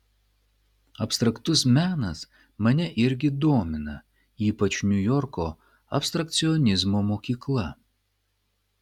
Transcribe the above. abstraktus menas mane irgi domina ypač niujorko abstrakcionizmo mokykla